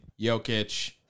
Jokic